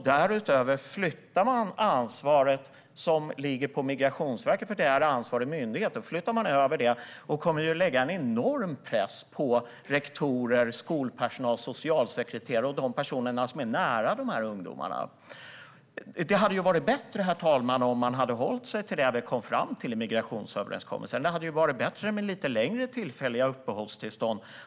Därutöver flyttas ansvaret över från Migrationsverket, som är ansvarig myndighet, och en enorm press läggs på rektorer, skolpersonal, socialsekreterare och andra personer som är nära de här ungdomarna. Herr talman! Det hade varit bättre om man hade hållit sig till det vi kom fram till i migrationsöverenskommelsen. Det hade varit bättre med lite längre tillfälliga uppehållstillstånd.